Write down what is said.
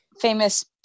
famous